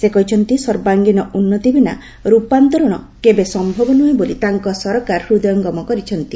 ସେ କହିଛନ୍ତି ସର୍ବାଙ୍ଗୀନ ଉନ୍ନତି ବିନା ରୂପାନ୍ତରଣ କେବେ ସମ୍ଭବ ନୁହେଁ ବୋଲି ତାଙ୍କ ସରକାର ହୃଦୟଙ୍ଗମ କରିଛନ୍ତି